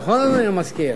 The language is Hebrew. נכון, אדוני המזכיר?